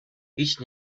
هیچ